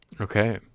Okay